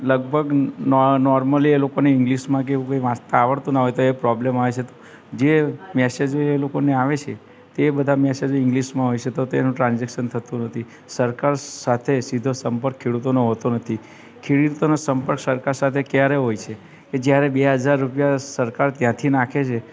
લગભગ નોર્મલી એ લોકોને ઇંગલિશમાં કે એવું કંઈ વાંચતા આવડતું ના હોય તો એ પ્રોબ્લેમ આવે છે જે મેસેજ એ લોકોને આવે છે તે બધા મેસેજો ઇંગ્લિશમાં હોય છે તો તેનું ટ્રાન્જેક્શન થતું નથી સરકાર સાથે સીધો સંપર્ક ખેડૂતોનો હોતો નથી ખેડૂતોને સંપર્ક સરકાર સાથે ક્યારે હોય છે કે જ્યારે બે હજાર રૂપિયા સરકાર ત્યાંથી નાખે છે